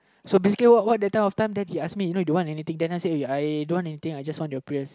so basically what what that time of time then he ask me you know don't want anything then I say I don't want anything I just want your prayers